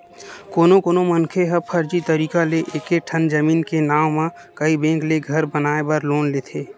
कोनो कोनो मनखे ह फरजी तरीका ले एके ठन जमीन के नांव म कइ बेंक ले घर बनाए बर लोन लेथे